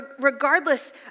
Regardless